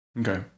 Okay